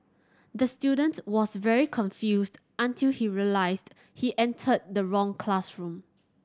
the student was very confused until he realised he entered the wrong classroom